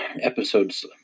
episodes